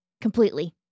completely